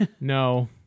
no